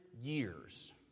years